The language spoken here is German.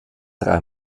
drei